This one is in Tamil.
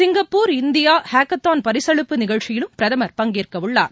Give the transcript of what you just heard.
சிங்கப்பூர் இந்தியா ஹேக்கத்தான் பரிசளிப்பு நிகழ்ச்சியிலும் பிரதமர் பங்கேற்கவுள்ளார்